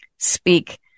speak